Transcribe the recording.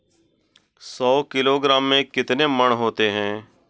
सौ किलोग्राम में कितने मण होते हैं?